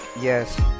Yes